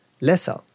lesser